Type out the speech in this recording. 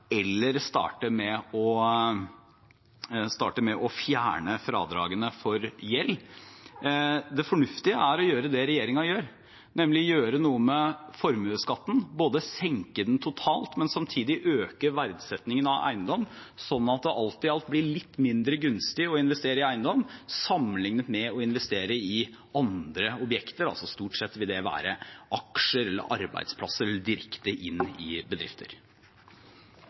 eller starter med å fjerne fradragene for gjeld. Det fornuftige er å gjøre det regjeringen gjør, nemlig gjøre noe med formuesskatten, både senke den totalt og samtidig øke verdisettingen av eiendom, slik at det alt i alt blir litt mindre gunstig å investere i eiendom sammenliknet med å investere i andre objekter. Stort sett vil det være i aksjer eller arbeidsplasser eller direkte inn i bedrifter.